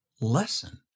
lesson